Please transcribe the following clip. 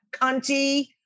cunty